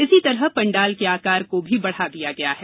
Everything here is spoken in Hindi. इसी तरह पंडाल के आकार को भी बढ़ा दिया है